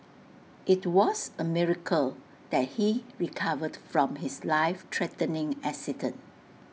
IT was A miracle that he recovered from his life threatening accident